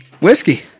Whiskey